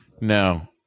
No